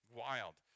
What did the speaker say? wild